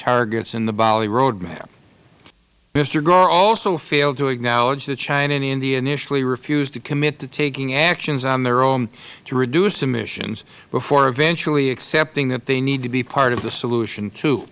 targets in the bali road map mister gore also failed to acknowledge that china and india initially refused to commit to taking actions on their own to reduce emissions before eventually accepting that they need to be part of the solution to